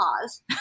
pause